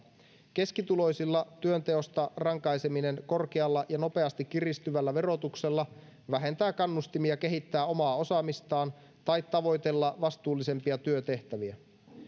keskituloisilla työnteosta rankaiseminen korkealla ja nopeasti kiristyvällä verotuksella vähentää kannustimia kehittää omaa osaamistaan tai tavoitella vastuullisempia työtehtäviä